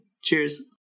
Cheers